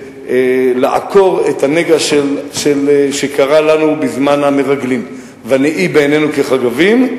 לעקור את הנגע שקרה לנו בזמן המרגלים: ונהי בעינינו כחגבים,